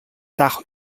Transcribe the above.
dach